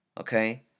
Okay